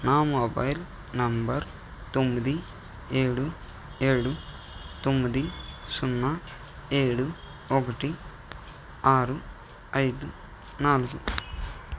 నా mobile number తొమ్మిది ఏడు ఏడు తొమ్మిది సున్నా ఏడు ఒకటి ఆరు ఐదు నాలుగు